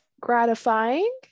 gratifying